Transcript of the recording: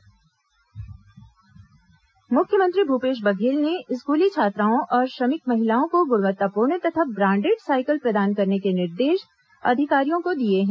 मुख्यमंत्री निर्देश मुख्यमंत्री भूपेश बघेल ने स्कूली छात्राओं और श्रमिक महिलाओं को गुणवत्तापूर्ण तथा ब्रांडेड सायकल प्रदान करने के निर्देश अधिकारियों को दिए हैं